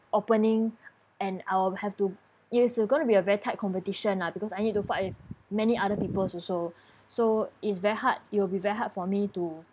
opening and I'll have to yes there are going to be a very tight competition lah because I need to fight with many other people also so is very hard it will be very hard for me to